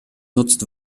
nutzt